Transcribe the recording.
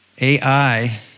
AI